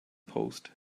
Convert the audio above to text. post